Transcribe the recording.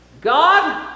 God